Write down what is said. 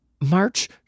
March